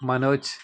Manoj